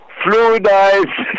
fluidized